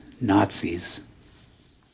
Nazis